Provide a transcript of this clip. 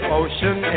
ocean